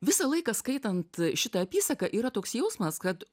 visą laiką skaitant šitą apysaką yra toks jausmas kad